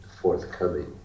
forthcoming